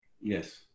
Yes